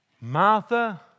Martha